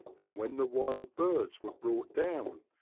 and when the wild birds were brought down,